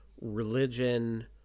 religion